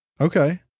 okay